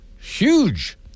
huge